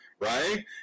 right